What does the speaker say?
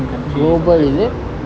country or something